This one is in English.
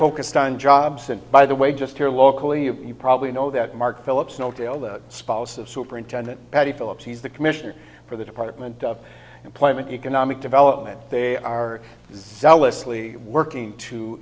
focused on jobs and by the way just here locally you probably know that mark phillips will tell the spouse of superintendent patty phillips he's the commissioner for the department of employment economic development they are zealously working to